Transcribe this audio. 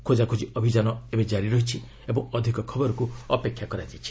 ଖୋଜାଖୋକି ଅଭିଯାନ ଜାରି ରହିଛି ଓ ଅଧିକ ଖବରକୁ ଅପେକ୍ଷା କରାଯାଇଛି